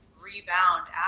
rebound